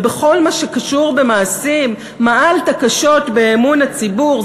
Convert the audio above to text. ובכל מה שקשור במעשים מעלת קשות באמון הציבור,